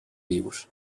vius